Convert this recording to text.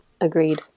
Agreed